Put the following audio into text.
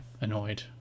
annoyed